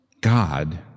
God